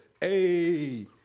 Hey